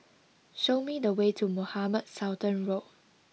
show me the way to Mohamed Sultan Road